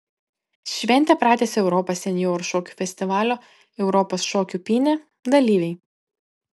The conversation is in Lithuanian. šventę pratęsė europos senjorų šokių festivalio europos šokių pynė dalyviai